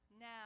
now